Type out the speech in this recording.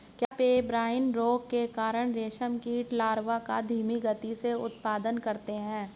क्या पेब्राइन रोग के कारण रेशम कीट लार्वा का धीमी गति से उत्पादन करते हैं?